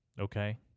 okay